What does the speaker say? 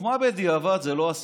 חוכמה בדיעבד זה לא הסיפור,